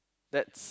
that's